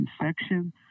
infection